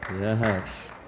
Yes